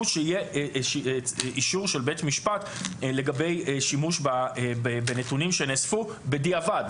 הוא שיהיה אישור של בית משפט לגבי שימוש בנתונים שנאספו בדיעבד,